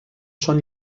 són